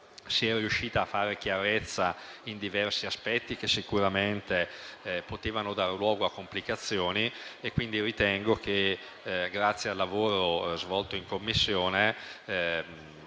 si è riusciti a far chiarezza su diversi aspetti che sicuramente potevano dare luogo a complicazioni. Ritengo pertanto che, grazie al lavoro svolto in Commissione,